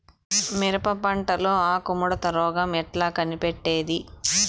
మిరప పంటలో ఆకు ముడత రోగం ఎట్లా కనిపెట్టేది?